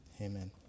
Amen